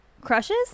Crushes